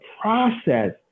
process